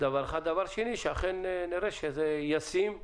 דבר שני, שאכן נראה שזה ישים,